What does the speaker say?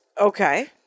okay